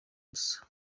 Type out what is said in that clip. busa